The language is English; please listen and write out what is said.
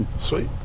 Sweet